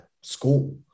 school